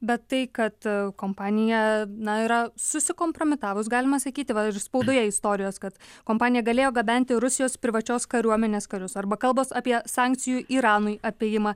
bet tai kad kompanija na yra susikompromitavus galima sakyti va ir spaudoje istorijos kad kompanija galėjo gabenti rusijos privačios kariuomenės karius arba kalbos apie sankcijų iranui apėjimą